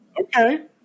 Okay